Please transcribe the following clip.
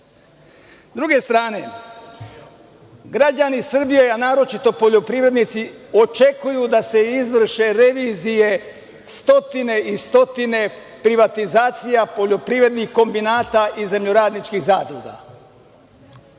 druge strane, građani Srbije, a naročito poljoprivrednici očekuju da se izvrše revizije stotine i stotine privatizacija poljoprivrednih kombinata i zemljoradničkih zadruga.